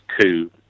coup